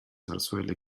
zarzuela